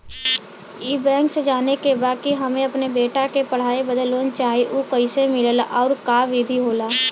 ई बैंक से जाने के बा की हमे अपने बेटा के पढ़ाई बदे लोन चाही ऊ कैसे मिलेला और का विधि होला?